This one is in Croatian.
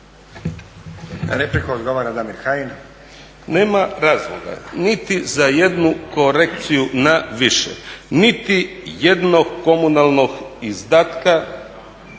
**Kajin, Damir (ID - DI)** Nema razloga niti za jednu korekciju na više nitijednog komunalnog izdatka